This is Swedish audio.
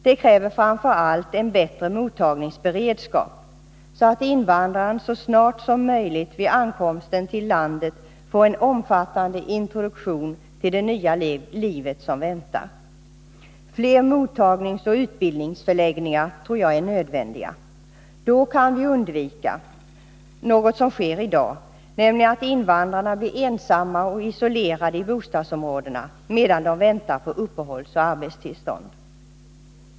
Det kräver framför allt en bättre mottagningsberedskap, så att invandraren så snart som möjligt vid ankomsten till landet får en omfattande introduktion till det nya liv som väntar. Jag tror att fler mottagningsoch utbildningsförläggningar är nödvändiga. Då kan vi undvika att invandrarna blir ensamma och isolerade i bostadsområdena — något som sker i dag — medan de väntar på uppehållsoch arbetstillstånd.